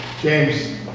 James